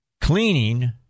cleaning